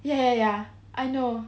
ya ya I know